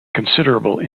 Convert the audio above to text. considerable